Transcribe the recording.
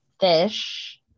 fish